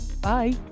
bye